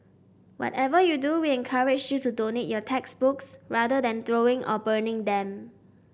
whatever you do we encourage you to donate your textbooks rather than throwing or burning them